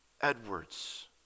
Edwards